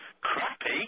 crappy